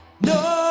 no